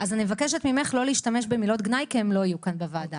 אז אני מבקשת ממך לא להשתמש במילות גנאי כי הם לא יהיו כאן בוועדה.